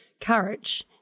courage